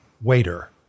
Waiter